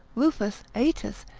ruffus, aetius,